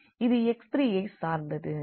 இது x3ஐ சார்ந்தது